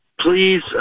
please